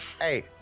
hey